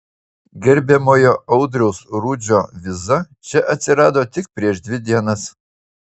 gerbiamojo audriaus rudžio viza čia atsirado tik prieš dvi dienas